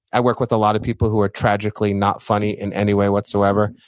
i work with a lot of people who are tragically not funny in any way whatsoever,